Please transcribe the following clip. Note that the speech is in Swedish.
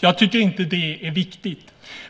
Jag tycker inte att det är viktigt.